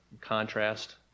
contrast